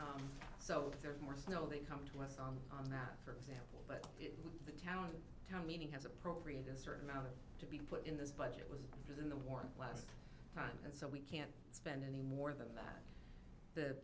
year so there is more snow they come to us on on that for example the town town meeting has appropriated a certain amount to be put in this budget was in the war last time and so we can't spend any more than that the